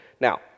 Now